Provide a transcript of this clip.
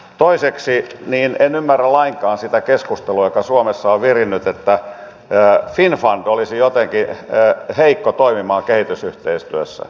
toiseksi en ymmärrä lainkaan sitä keskustelua joka suomessa on virinnyt että finnfund olisi jotenkin heikko toimimaan kehitysyhteistyössä